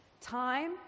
Time